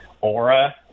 aura